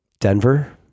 Denver